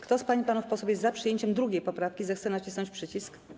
Kto z pań i panów posłów jest za przyjęciem 2. poprawki, zechce nacisnąć przycisk.